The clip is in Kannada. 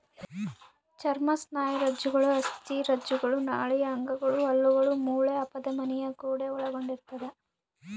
ಚರ್ಮ ಸ್ನಾಯುರಜ್ಜುಗಳು ಅಸ್ಥಿರಜ್ಜುಗಳು ನಾಳೀಯ ಅಂಗಗಳು ಹಲ್ಲುಗಳು ಮೂಳೆ ಅಪಧಮನಿಯ ಗೋಡೆ ಒಳಗೊಂಡಿರ್ತದ